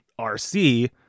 RC